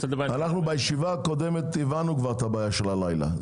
בישיבה הקודמת הבנו את הבעיה של הלילה.